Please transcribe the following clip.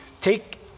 Take